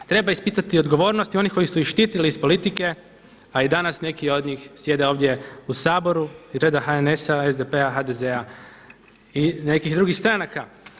Treba ispitati odgovornost onih koji su ih štitili iz politike, a i danas neki od njih sjede ovdje u Saboru iz reda HNS, SDP, HDZ-a i nekih drugih stranaka.